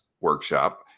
workshop